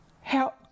Help